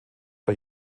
bei